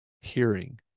hearing